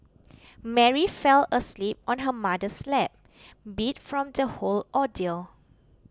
Mary fell asleep on her mother's lap beat from the whole ordeal